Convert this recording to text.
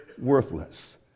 worthless